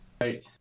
Right